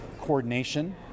coordination